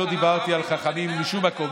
לא דיברתי על חכמים משום מקום,